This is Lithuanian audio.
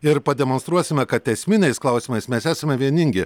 ir pademonstruosime kad esminiais klausimais mes esame vieningi